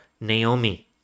Naomi